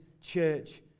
church